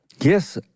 Yes